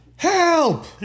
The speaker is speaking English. Help